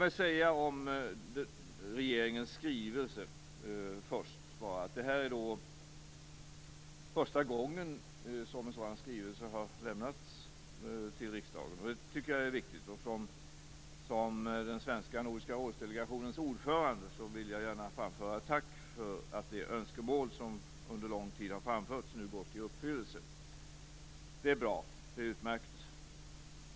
Låt mig om regeringens skrivelse först bara säga att det här är första gången som en sådan skrivelse har lämnats till riksdagen. Det tycker jag är viktigt. Som ordförande för Nordiska rådets svenska delegation vill jag gärna framföra ett tack för att de önskemål som under lång tid har framförts nu har uppfyllts. Det är utmärkt.